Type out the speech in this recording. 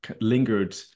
lingered